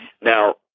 Now